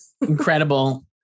Incredible